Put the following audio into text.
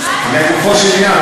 לגופו של עניין,